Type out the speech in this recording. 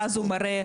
ואז הוא מראה.